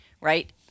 right